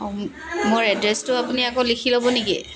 অঁ মোৰ এড্ৰেছটো আপুনি আকৌ লিখি ল'ব নেকি